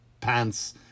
pants